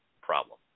problem